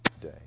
day